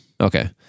Okay